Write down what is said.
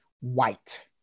white